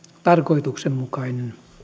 tarkoituksenmukainen